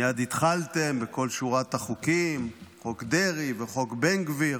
מייד התחלתם בכל שורת החוקים: חוק דרעי וחוק בן גביר